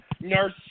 Nurse